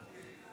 חברי הכנסת,